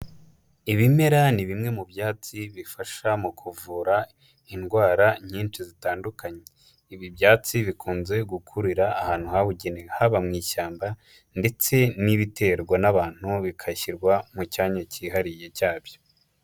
Ibimera ni bimwe mu byatsi bifasha mu kuvura indwara nyinshi zitandukanye, ibi byatsi bikunze gukurira ahantu habugeiwe, haba mu ishyamba ndetse n'ibiterwa n'abantu, bikashyirwa mu cyanya cyihariye cyabyo.